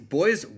boys